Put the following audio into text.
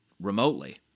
remotely